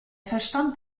verstand